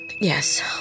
Yes